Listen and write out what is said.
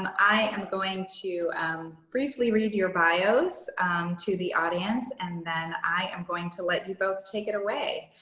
and i am going to briefly read your bios to the audience and then i am going to let you both take it away.